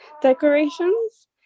decorations